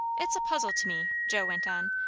it's a puzzle to me, joe went on,